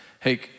Hey